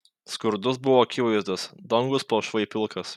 skurdus buvo akivaizdas dangus palšvai pilkas